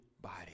body